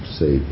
say